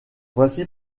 voici